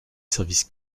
services